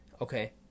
Okay